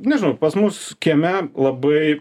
nežinau pas mus kieme labai